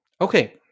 Okay